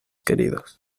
queridos